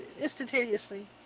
instantaneously